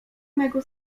mego